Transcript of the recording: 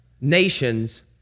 nations